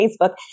Facebook